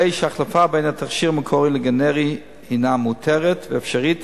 הרי שהחלפה בין התכשיר המקורי לגנרי הינה מותרת ואפשרית,